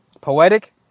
Poetic